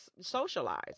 socialize